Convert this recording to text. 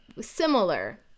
similar